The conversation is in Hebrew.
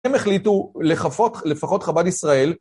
הם החליטו לפחות, לפחות חב"ד ישראל.